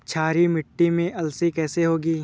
क्षारीय मिट्टी में अलसी कैसे होगी?